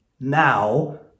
now